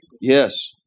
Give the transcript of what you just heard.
Yes